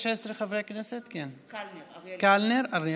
אריאל קלנר,